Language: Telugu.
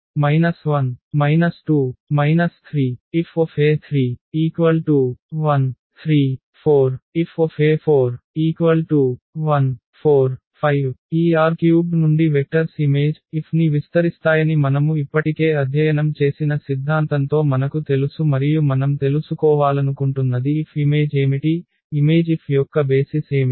Fe1123 Fe2 1 2 3 Fe3134 Fe4145 ఈ R³ నుండి వెక్టర్స్ ఇమేజ్ F ని విస్తరిస్తాయని మనము ఇప్పటికే అధ్యయనం చేసిన సిద్ధాంతంతో మనకు తెలుసు మరియు మనం తెలుసుకోవాలనుకుంటున్నది F ఇమేజ్ ఏమిటి ఇమేజ్ F యొక్క బేసిస్ ఏమిటి